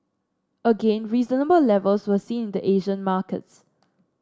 again reasonable levels were seen in the Asian markets